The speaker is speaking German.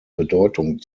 bedeutung